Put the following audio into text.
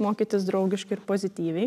mokytis draugiškai ir pozityviai